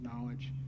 knowledge